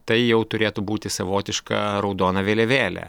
tai jau turėtų būti savotiška raudona vėliavėlė